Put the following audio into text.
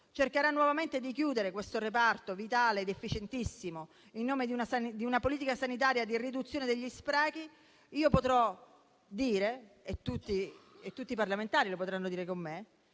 cercherà nuovamente di chiudere questo reparto vitale ed efficientissimo in nome di una politica sanitaria di riduzione degli sprechi, io potrò dire (e tutti i parlamentari lo potranno dire con me)